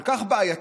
כל כך בעייתית?